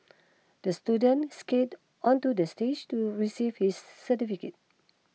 the student skated onto the stage to receive his certificate